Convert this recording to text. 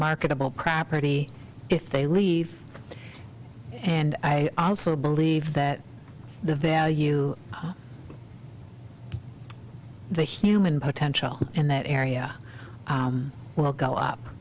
marketable property if they leave and i also believe that the value of the human potential in that area will go up